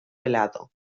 helado